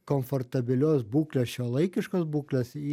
komfortabilios būklės šiuolaikiškos būklės